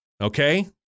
Okay